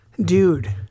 Dude